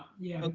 yeah,